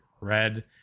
red